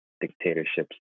dictatorships